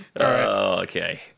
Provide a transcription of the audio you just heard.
Okay